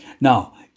Now